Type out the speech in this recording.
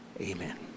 Amen